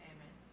Amen